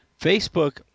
Facebook